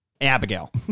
Abigail